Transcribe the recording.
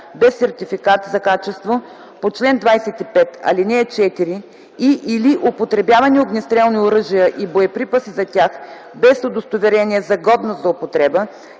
без сертификат за качество по чл. 25, ал. 4 и/или употребявани огнестрелни оръжия и боеприпаси за тях без удостоверение за годност за употреба,